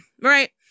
Right